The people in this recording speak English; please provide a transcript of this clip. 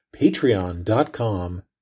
patreon.com